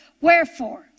Wherefore